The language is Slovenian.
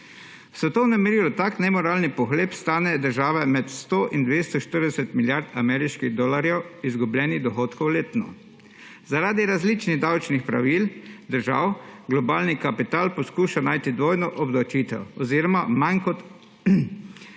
svetovnem merilu tak nemoralni pohlep stane državo med 100 in 240 milijardami ameriških dolarjev izgubljenih dohodkov letno. Zaradi različnih davčnih pravil držav globalni kapital poskuša najti dvojno obdavčitev oziroma manj kot